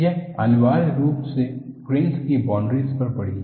यह अनिवार्य रूप से ग्रेन्स की बाउन्ड्रीस पर बढ़ी है